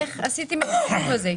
איך עשיתם את החישוב הזה?